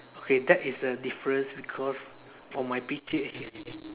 okay that is a difference because for my picture here